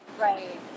Right